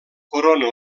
corona